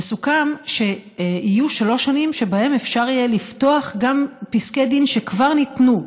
וסוכם שיהיו שלוש שנים שבהן יהיה אפשר לפתוח פסקי דין שכבר ניתנו,